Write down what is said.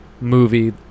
movie